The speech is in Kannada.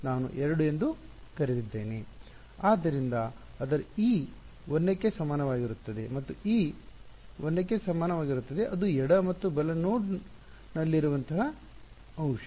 ಆದ್ದರಿಂದ ಅದರ e 1 ಕ್ಕೆ ಸಮನಾಗಿರುತ್ತದೆ ಮತ್ತು e 1 ಕ್ಕೆ ಸಮನಾಗಿರುತ್ತದೆ ಅದು ಎಡ ಅಥವಾ ಬಲ ನೋಡ್ ನೋಡ್ ನಲ್ಲಿರುವ ಅಂಶ